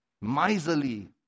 miserly